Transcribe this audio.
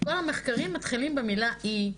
כל המחקרים מתחילים במילה אי.